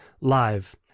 live